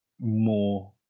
more